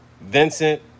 vincent